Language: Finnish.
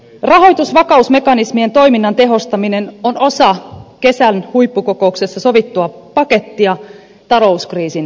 rahoitusvakausmekanismien toiminnan tehostaminen on osa kesän huippukokouksessa sovittua pakettia talouskriisin voittamiseksi